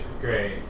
Great